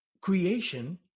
creation